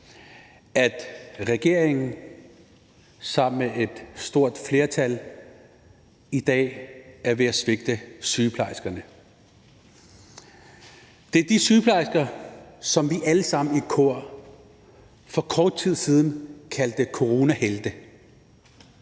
at regeringen sammen med et stort flertal i dag er ved at svigte sygeplejerskerne. Det er de sygeplejersker, som vi alle sammen i kor for kort tid siden kaldte coronahelte;